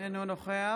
אינו נוכח